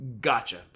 Gotcha